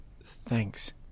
Thanks